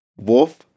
Wolf